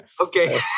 Okay